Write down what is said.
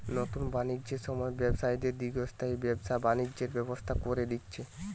নুতন বাণিজ্যের সময়ে ব্যবসায়ীদের দীর্ঘস্থায়ী ব্যবসা বাণিজ্যের ব্যবস্থা কোরে দিচ্ছে